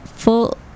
full